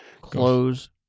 Close